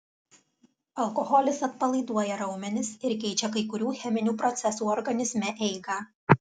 alkoholis atpalaiduoja raumenis ir keičia kai kurių cheminių procesų organizme eigą